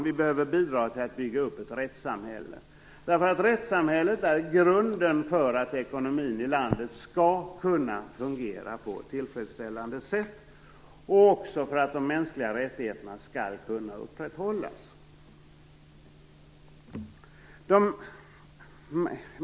Vi behöver också bidra till att bygga upp ett rättssamhälle, därför att rättssamhället är grunden för att ekonomin i ett land skall kunna fungera på ett tillfredsställande sätt och också för att det mänskliga rättigheterna skall kunna upprätthållas.